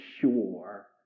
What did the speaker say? sure